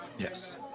yes